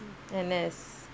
N_S